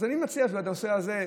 אז אני מציע שבנושא הזה,